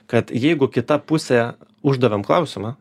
kad jeigu kita pusė uždavėm klausimą